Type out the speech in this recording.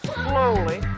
slowly